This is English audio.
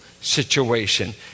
situation